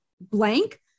blank